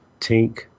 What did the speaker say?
tink